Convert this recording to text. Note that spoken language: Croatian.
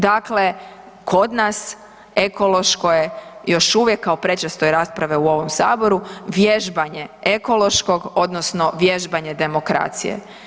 Dakle, kod nas ekološko je još uvijek kao i prečesto i rasprave u ovom Saboru, vježbanje ekološkog odnosno vježbanje demokracije.